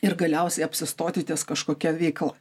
ir galiausiai apsistoti ties kažkokia veikla